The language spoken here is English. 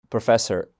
Professor